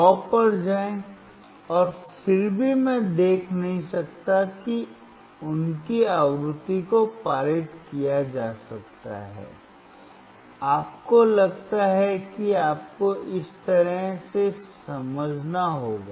100 पर जाएं और फिर भी मैं देख नहीं सकता कि उनकी आवृत्ति को पारित किया जा सकता है आपको लगता है कि आपको इस तरह से समझना होगा